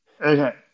Okay